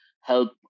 help